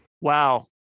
wow